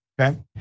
Okay